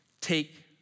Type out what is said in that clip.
Take